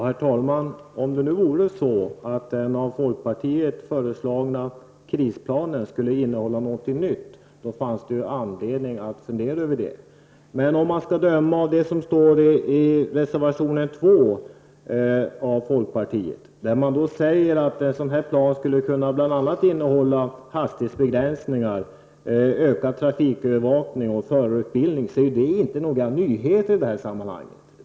Herr talman! Om det vore så att den av folkpartiet föreslagna krisplanen skulle innehålla något nytt, då fanns det anledning att fundera över det. Men om man skall döma av det som står i reservation 2 av folkpartiet, där man säger att en sådan här plan bl.a. skulle kunna innehålla hastighetsbegränsningar, ökad trafikövervakning och förarutbildning, så är det inte fråga om några nyheter.